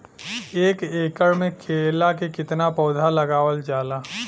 एक एकड़ में केला के कितना पौधा लगावल जाला?